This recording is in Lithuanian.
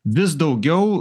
vis daugiau